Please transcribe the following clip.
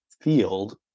field